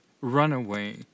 runaway